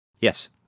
Yes